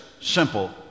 simple